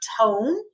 tone